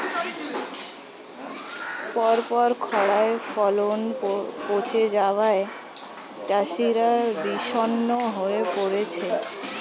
পরপর খড়ায় ফলন পচে যাওয়ায় চাষিরা বিষণ্ণ হয়ে পরেছে